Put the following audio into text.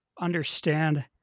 understand